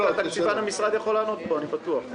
תקציבן המשרד יכול לענות פה, אני בטוח.